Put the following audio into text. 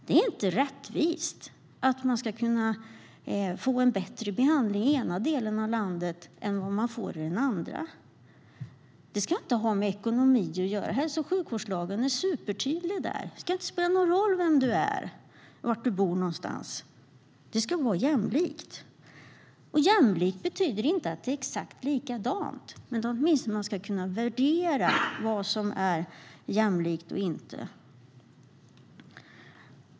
Det är inte rättvist att man ska kunna få en bättre behandling i den ena delen av landet än vad man får i den andra. Det ska inte ha med ekonomi att göra. Hälso och sjukvårdslagen är supertydlig med det. Det ska inte spela någon roll vem du är eller var du bor. Det ska vara jämlikt. Och jämlikt betyder inte att det är exakt likadant, men man ska åtminstone kunna värdera vad som är jämlikt och inte.